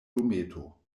dometo